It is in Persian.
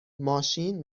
ماشین